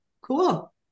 Cool